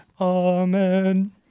Amen